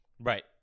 Right